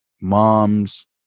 moms